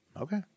Okay